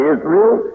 Israel